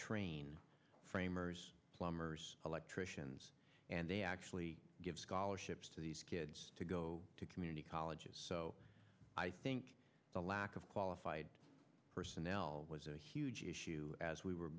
train framers plumbers electricians and they actually give scholarships to these kids to go to community colleges so i think the lack of qualified personnel was a huge issue as we